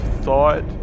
thought